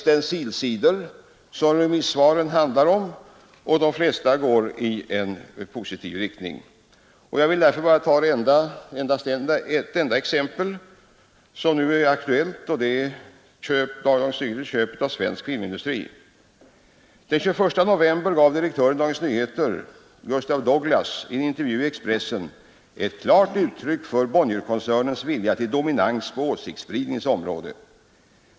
De omfattar 106 stenciler. De flesta remissvaren går i positiv riktning. Jag skall därför endast ta ett enda — det mest aktuella exemplet — på vad det här gäller att komma till rätta med. Det exemplet är Dagens Nyheters köp av Svensk filmindustri. Den 21 november gav direktören i Dagens Nyheters AB, Gustaf Douglas, i en intervju i Expressen klart uttryck för Bonnierkoncernens vilja till dominans på åsiktsspridningens område.